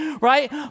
right